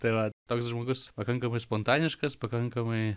tai va toks žmogus pakankamai spontaniškas pakankamai